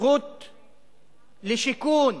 הזכות לשיכון,